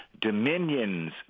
dominions